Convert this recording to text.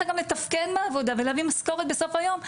גם לתפקד בעבודה ולהביא משכורת בסוף היום,